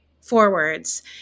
forwards